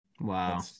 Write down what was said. Wow